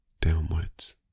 downwards